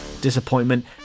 disappointment